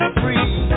free